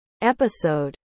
episode